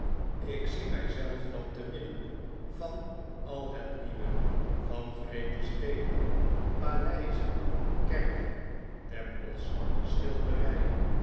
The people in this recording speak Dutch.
ik zie mij zelf dan te midden van al net nieuwe van vreemde steden paleizen kerken tempels schilderijen